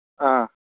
ꯑꯥ